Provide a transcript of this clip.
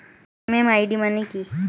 MMID মানে কি?